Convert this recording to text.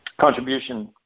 contribution –